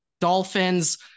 Dolphins